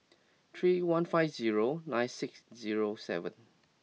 three one five zero nine six zero seven